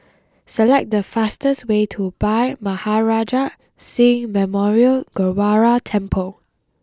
select the fastest way to Bhai Maharaj Singh Memorial Gurdwara Temple